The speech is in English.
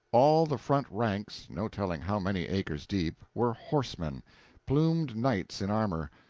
all the front ranks, no telling how many acres deep, were horsemen plumed knights in armor.